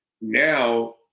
Now